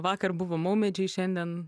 vakar buvo maumedžiai šiandien